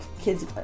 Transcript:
kids